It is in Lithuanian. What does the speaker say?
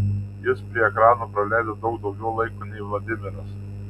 jis prie ekranų praleido daug daugiau laiko nei vladimiras